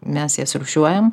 mes jas rūšiuojam